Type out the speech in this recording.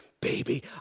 baby